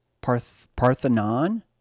Parthenon